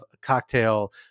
cocktail